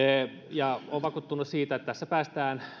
ja olen vakuuttunut siitä että päästään